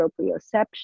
proprioception